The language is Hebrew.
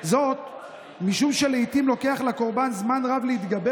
משום שלעתים לוקח לקורבן זמן רב להתגבר